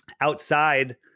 Outside